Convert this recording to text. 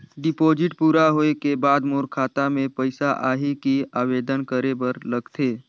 Deposit पूरा होय के बाद मोर खाता मे पइसा आही कि आवेदन करे बर लगथे?